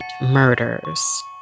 murders